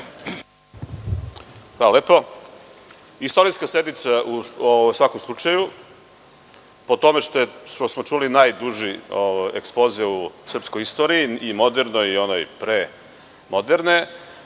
Hvala lepo. Istorijska sednica u svakom slučaju po tome što smo čuli najduži ekspoze u srpskoj istoriji, i modernoj i onoj pre moderne